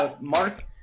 Mark